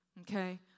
Okay